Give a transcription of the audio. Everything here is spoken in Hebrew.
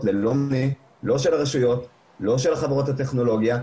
ללא מענה לא של הרשויות לא של חברות הטכנולוגיה,